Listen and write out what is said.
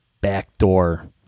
backdoor